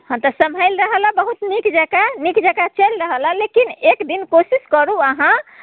हँ तऽ सम्भालि रहल हइ बहुत नीक जकाँ नीक जकाँ चलि रहल हइ लेकिन एक दिन कोशिश करू अहाँ